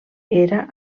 era